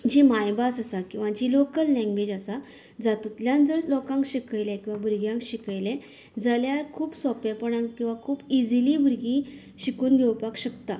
जी माय भास आसा किंवां जीं लाॅकल लेंगवॅज आसा जातूंतल्यान जर लोकांक शिकयलें किंवां भुरग्यांक शिकयलें जाल्यार खूब सोंपेपणान किंवां खूब इजीली भुरगीं शिकून घेवपाक शकता